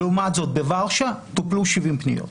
לעומת זאת בורשה טופלו 70 פניות.